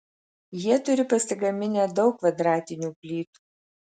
jie turi pasigaminę daug kvadratinių plytų